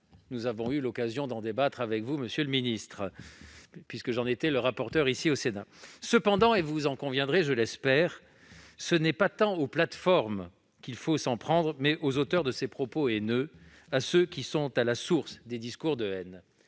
nous avons eu l'occasion de débattre avec vous, monsieur le secrétaire d'État, et dont j'étais le rapporteur ici au Sénat. Cependant, et vous en conviendrez, je l'espère, ce n'est pas tant aux plateformes qu'il faut s'en prendre qu'aux auteurs de propos haineux, à ceux qui sont à la source des discours de haine.